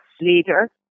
leader